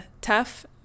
tough